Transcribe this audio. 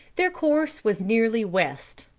their course was nearly west.